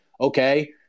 okay